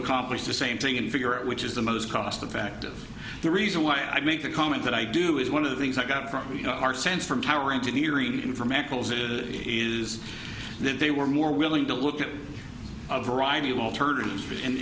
accomplish the same thing and figure out which is the most cost effective the reason why i make the comment that i do is one of the things i got from you know our sense from our engineering in from eccles it is that they were more willing to look at a variety of alternatives and